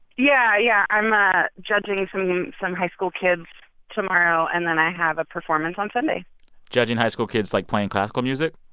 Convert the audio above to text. yeah, yeah. i'm ah judging some some high school kids tomorrow, and then i have a performance on sunday judging high school kids, like, playing classical music?